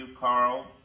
Carl